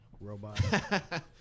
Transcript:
robot